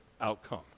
outcome